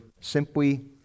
simply